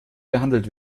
behandelt